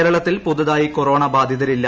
കേരളത്തിൽ പുതുതായി കൊറോണ ബാധിതരില്ല